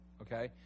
okay